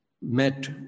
met